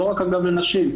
לא רק לגבי נשים,